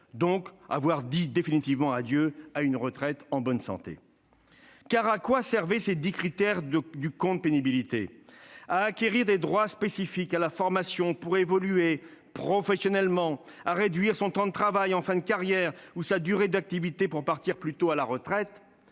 donc avoir dit définitivement adieu à une retraite en bonne santé. Car à quoi servaient ces dix critères du compte pénibilité ? À acquérir des droits spécifiques à la formation pour évoluer professionnellement, à réduire son temps de travail en fin de carrière ou sa durée d'activité pour partir plus tôt à la retraite.